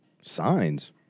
Signs